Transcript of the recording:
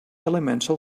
elemental